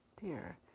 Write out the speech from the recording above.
dear